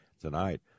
Tonight